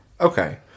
Okay